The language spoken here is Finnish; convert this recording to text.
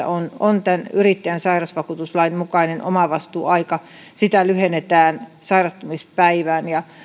on on tämä yrittäjän sairausvakuutuslain mukainen omavastuuaika sitä lyhennetään sairastumispäivään